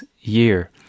year